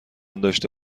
داشته